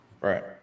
Right